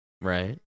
right